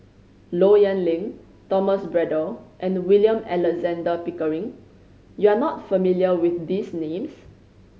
Low Yen Ling Thomas Braddell and William Alexander Pickering you are not familiar with these names